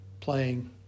playing